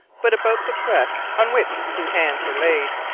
but about the breast, on which his two hands were laid,